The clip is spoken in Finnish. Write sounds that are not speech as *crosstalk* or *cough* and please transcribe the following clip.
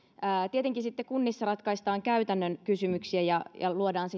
tietenkin sitten kunnissa ratkaistaan käytännön kysymyksiä ja ja luodaan *unintelligible*